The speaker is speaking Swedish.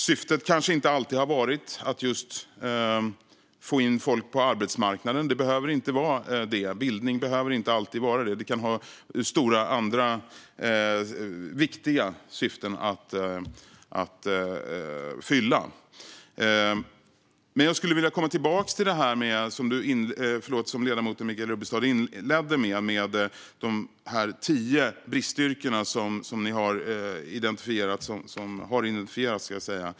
Syftet kanske inte alltid har varit att få in folk på arbetsmarknaden. Det behöver inte alltid vara syftet med bildning. Det kan finnas andra viktiga syften att fylla. Jag skulle vilja komma tillbaka till det som ledamoten Michael Rubbestad inledde med om de tio bristyrken som har identifierats.